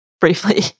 briefly